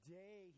day